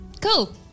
Cool